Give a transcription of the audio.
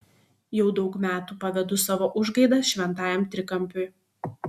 jau daug metų pavedu savo užgaidas šventajam trikampiui